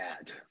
add